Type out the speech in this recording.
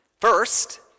First